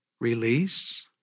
release